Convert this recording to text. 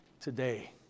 Today